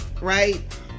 right